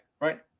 right